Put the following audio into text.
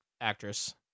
actress